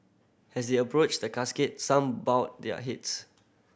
as they approached the casket some bowed their heads